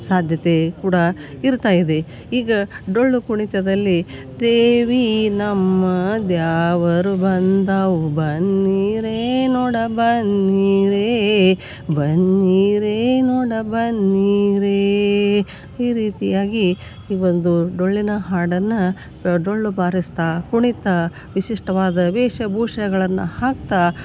ಸಾಧ್ಯತೆ ಕೂಡ ಇರ್ತಾಯಿದೆ ಈಗ ಡೊಳ್ಳು ಕುಣಿತದಲ್ಲಿ ದೇವಿ ನಮ್ಮ ದ್ಯಾವರು ಬಂದಾವು ಬನ್ನಿರೇ ನೋಡ ಬನ್ನಿರೇ ಬನ್ನಿರೇ ನೋಡ ಬನ್ನಿರೇ ಈ ರೀತಿಯಾಗಿ ಈ ಒಂದು ಡೊಳ್ಳಿನ ಹಾಡನ್ನ ಡೊಳ್ಳು ಬಾರಿಸ್ತಾ ಕುಣಿತಾ ವಿಶಿಷ್ಟವಾದ ವೇಷ ಭೂಷಗಳನ್ನು ಹಾಕ್ತಾ